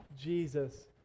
jesus